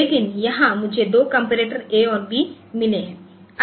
लेकिन यहाँ मुझे 2 कम्पैरिज़र A और B मिले हैं